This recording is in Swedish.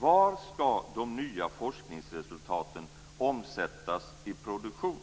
Var skall de nya forskningsresultaten omsättas i produktion?